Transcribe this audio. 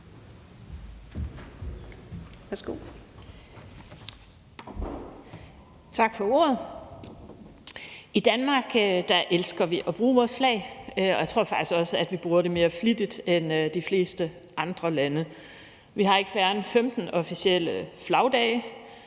Tak for ordet. I Danmark elsker vi at bruge vores flag, og jeg tror faktisk også, at vi bruger det mere flittigt end de fleste andre lande. Vi har ikke færre end 15 officielle flagdage,